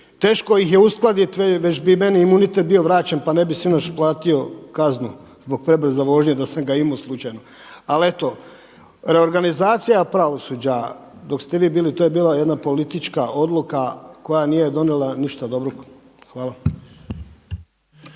teško ih je uskladiti. Već i meni imunitet bio vraćen, pa ne bih sinoć platio kaznu zbog prebrze vožnje da sam ga imao slučajno. Ali eto, reorganizacija pravosuđa dok ste vi bili, to je bila jedna politička odluka koja nije donijela ništa dobro. Hvala.